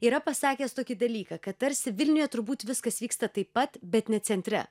yra pasakęs tokį dalyką kad tarsi vilniuje turbūt viskas vyksta taip pat bet ne centre